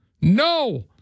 no